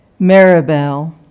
Maribel